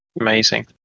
Amazing